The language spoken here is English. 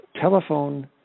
telephone